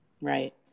Right